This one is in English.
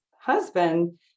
husband